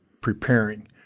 preparing